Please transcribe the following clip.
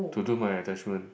to do my attachment